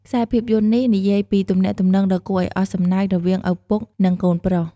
ខ្សែភាពយន្តនេះនិយាយពីទំនាក់ទំនងដ៏គួរឱ្យអស់សំណើចរវាងឪពុក និងកូនប្រុស។